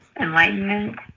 enlightenment